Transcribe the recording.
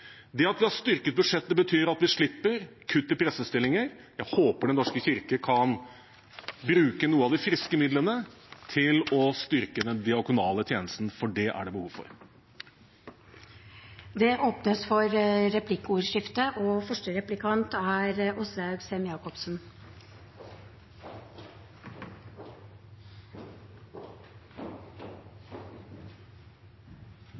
Det at vi har styrket budsjettet, betyr at vi slipper kutt i prestestillinger. Jeg håper Den norske kirke kan bruke noen av de friske midlene til å styrke den diakonale tjenesten, for det er det behov for. Det blir replikkordskifte.